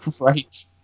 Right